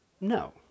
No